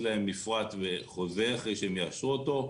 להם מפרט וחוזה אחרי שהם יאשרו אותו.